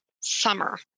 summer